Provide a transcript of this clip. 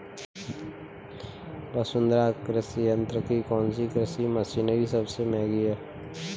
वसुंधरा कृषि यंत्र की कौनसी कृषि मशीनरी सबसे महंगी है?